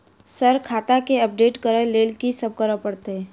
Sir खाता केँ update करऽ लेल की सब करै परतै?